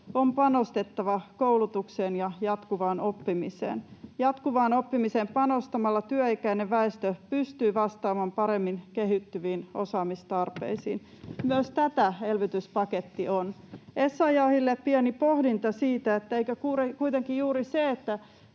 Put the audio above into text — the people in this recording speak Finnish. on panostettava koulutukseen ja jatkuvaan oppimiseen. Jatkuvaan oppimiseen panostamalla työikäinen väestö pystyy vastaamaan paremmin kehittyviin osaamistarpeisiin. Myös tätä elvytyspaketti on. Essayahille pieni pohdinta: eikö kuitenkin juuri se,